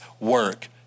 work